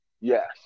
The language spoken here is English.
Yes